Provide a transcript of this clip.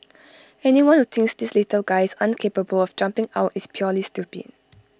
anyone who thinks these little guys aren't capable of jumping out is purely stupid